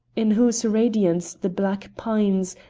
in whose radiance the black pines,